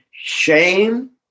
shame